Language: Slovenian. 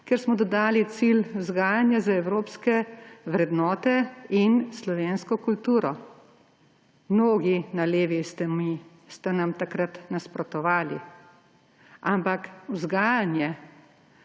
kjer smo dodali cilj vzgajanja za evropske vrednote in slovensko kulturo; mnogi na levi ste nam takrat nasprotovali. Ampak vzgajanje